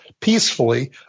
peacefully